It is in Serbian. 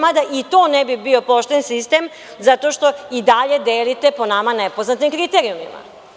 Mada, i to ne bi bio pošten sistem, zato što i dalje delite, po nama, nepoznatim kriterijumima.